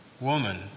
woman